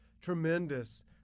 tremendous